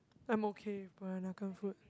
I'm okay Peranakan food